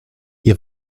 ihr